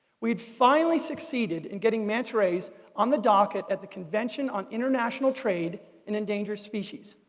we'd finally succeeded in getting manta rays on the docket at the convention on international trade in endangered species.